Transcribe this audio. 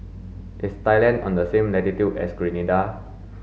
is Thailand on the same latitude as Grenada